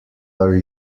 are